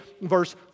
verse